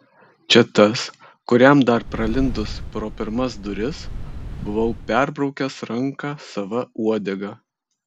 čia tas kuriam dar pralindus pro pirmas duris buvau perbraukęs ranką sava uodega